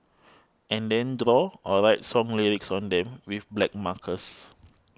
and then draw or write song lyrics on them with black markers